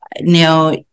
now